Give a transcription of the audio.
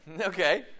Okay